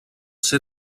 ser